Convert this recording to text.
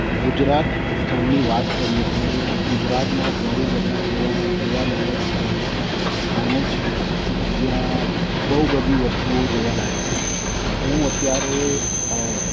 ગુજરાત સ્થળની વાત કરીએ તો ગુજરાતમાં બહુ બધા એવાં જોવાલાયક સ્થાનો છે જ્યાં બહુ બધી વસ્તુ જોવાલાયક છે હું અત્યારે અ